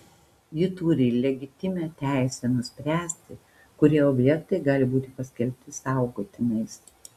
ji turi legitimią teisę nuspręsti kurie objektai gali būti paskelbti saugotinais